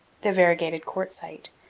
the variegated quartzite,